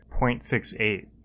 0.68